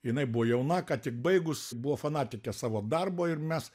jinai buvo jauna ką tik baigus buvo fanatikė savo darbo ir mes